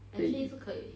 对